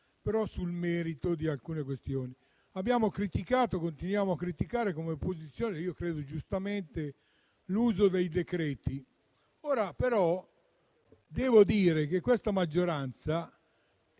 sul merito di alcune questioni. Abbiamo criticato e continuiamo a criticare come opposizione (io credo giustamente) l'uso dei decreti-legge. Ora, però, devo dire che questa maggioranza